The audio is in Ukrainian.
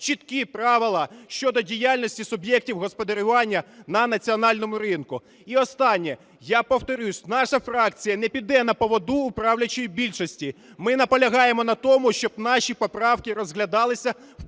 чіткі правила щодо діяльності суб'єктів господарювання на національному ринку. І останнє. Я повторюсь, наша фракція не піде на поводу в правлячої більшості. Ми наполягаємо на тому, щоб наші поправки розглядалися в